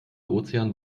ozean